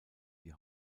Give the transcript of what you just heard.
die